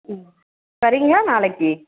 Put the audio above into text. ம் வரீங்களா நாளைக்கு